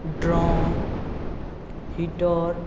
drum heater